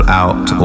out